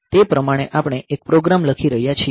તે પ્રમાણે આપણે એક પ્રોગ્રામ લખી રહ્યા છીએ